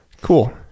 Cool